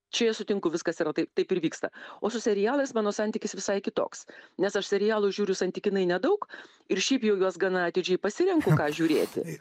čia aš sutinku viskas yra ta taip ir vyksta o su serialais mano santykis visai kitoks nes aš serialus žiūriu santykinai nedaug ir šiaip jau juos gana atidžiai pasirenku ką žiūrėti